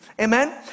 Amen